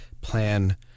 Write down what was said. plan